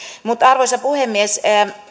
mutta arvoisa puhemies